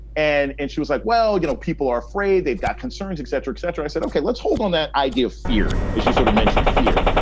and and she was like, well, you know, people are they've got concerns, et cetera, et cetera. i said, ok, let's hold on. that idea of fear, as you sort of mentioned, fears.